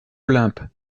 olympe